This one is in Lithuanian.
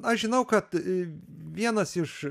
aš žinau kad vienas iš